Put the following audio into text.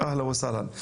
אהלן וסהלן.